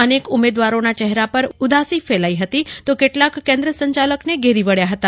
અનેક ઉમેદવારોના ચહેરા પર ઉદાસી ફેલાઈ તો કેટલાક કેન્દ્ર સંચાલકને ઘેરી વળ્યા હતા